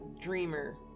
dreamer